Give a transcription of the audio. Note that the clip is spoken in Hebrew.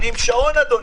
אני עם שעון, אדוני.